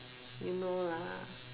you know lah